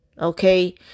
Okay